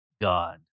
God